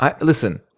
listen